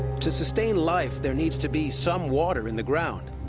to sustain life, there needs to be some water in the ground.